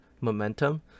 momentum